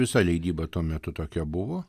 visa leidyba tuo metu tokia buvo